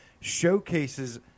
showcases